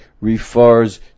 refers